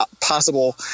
possible